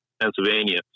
pennsylvania